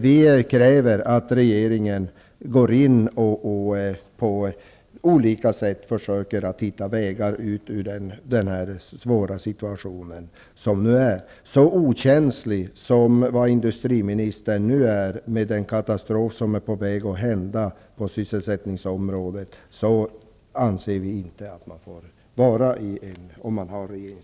Vi kräver att regeringen går in och försöker att på olika sätt hitta vägar ut ur den här svåra situationen. Vi anser att man inte får vara så okänslig som näringsministern nu är, med den katastrof som är på väg på sysselsättningsområdet, om man har regeringsinnehavet.